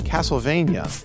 Castlevania